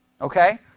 Okay